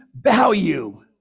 value